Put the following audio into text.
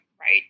right